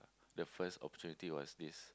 the first opportunity was this